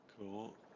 Cool